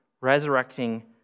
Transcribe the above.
resurrecting